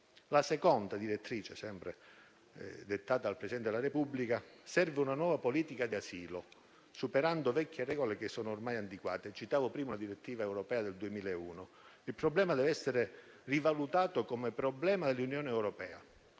La seconda direttrice, dettata dal Presidente della Repubblica: «Serve una nuova politica di asilo (...), superando le vecchie regole» che sono ormai antiquate. Citavo prima, in proposito, una direttiva europea del 2001. Il problema deve essere rivalutato come problema dell'Unione europea,